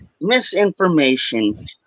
misinformation